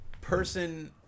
person